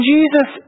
Jesus